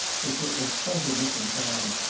which were of quite a different kind,